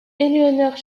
eleanor